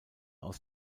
aus